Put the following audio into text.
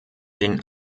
den